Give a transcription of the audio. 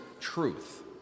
truth